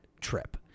trip